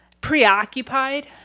preoccupied